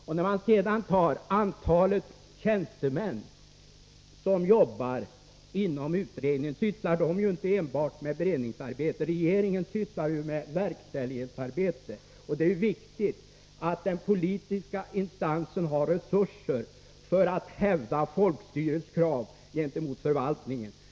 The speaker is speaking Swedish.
Det hänvisas sedan till antalet tjänstemän som arbetar med utredningar. Men de sysslar ju inte enbart med beredningsarbete. Regeringen sysslar med verkställighetsarbete, och det är viktigt att den politiska instansen har resurser för att hävda folkstyrets krav gentemot förvaltningen.